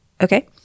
Okay